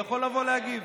הוא יכול לבוא להגיב.